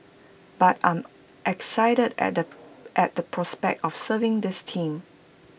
but I'm excited at the at the prospect of serving this team